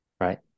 right